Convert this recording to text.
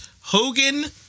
Hogan